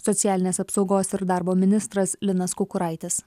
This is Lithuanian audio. socialinės apsaugos ir darbo ministras linas kukuraitis